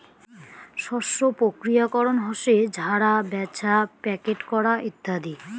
শস্য প্রক্রিয়াকরণ হসে ঝাড়া, ব্যাছা, প্যাকেট করা আদি